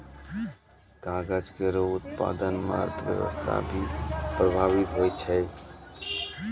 कागज केरो उत्पादन म अर्थव्यवस्था भी प्रभावित होय छै